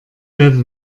werde